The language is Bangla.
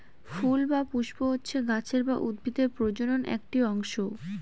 ফুল বা পুস্প হচ্ছে গাছের বা উদ্ভিদের প্রজনন একটি অংশ